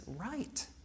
right